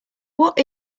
what